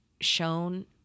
shown